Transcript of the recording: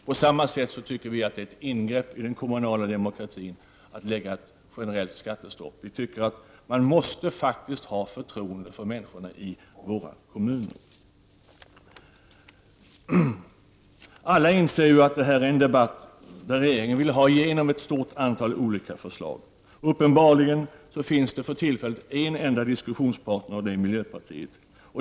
På samma sätt tycker vi att det är ett ingrepp i den kommunala demokratin att införa ett generellt skattestopp. Man måste faktiskt ha förtroende för människorna i våra kommuner. Alla inser att detta är en debatt där regeringen vill ha igenom ett stort antal olika förslag. Uppenbarligen har regeringen för tillfället en enda diskussionspartner, nämligen miljöpartiet.